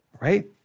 right